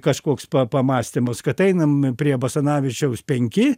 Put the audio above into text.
kažkoks pa pamąstymas kad einam prie basanavičiaus penki